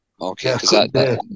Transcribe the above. Okay